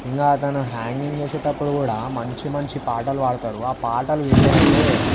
ఇక అతను హ్యాంగింగ్ చేసేటప్పుడు కూడా మంచి మంచి పాటలు పాడుతారు ఆ పాటలు వింటేనైతే